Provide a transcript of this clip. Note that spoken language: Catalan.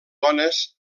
bones